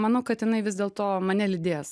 manau kad jinai vis dėlto mane lydės